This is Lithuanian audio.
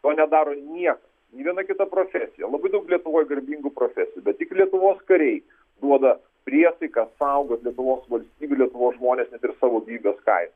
to nedaro nie nė viena kita profesija labai daug lietuvoj garbingų profesijų bet tik lietuvos kariai duoda priesaiką saugot lietuvos valstybę lietuvos žmones net ir savo gyvybės kai